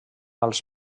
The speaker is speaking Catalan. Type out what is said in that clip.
als